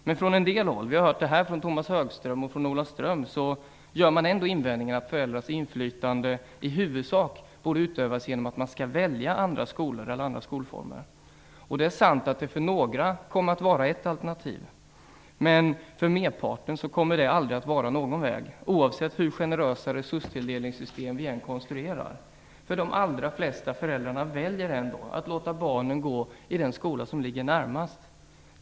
Men från en del håll - vi har hört det från Tomas Högström och från Ola Ström - gör man ändå invändningen att föräldrars inflytande i huvudsak borde utövas genom att man skall välja andra skolor eller andra skolformer. Och det är sant att det för några kommer att vara ett alternativ. Men för merparten kommer det aldrig att vara någon väg, oavsett hur generösa resurstilldelningssystem vi än konstruerar. De allra flesta föräldrarna väljer ändå att låta barnen gå i den skola som ligger närmast.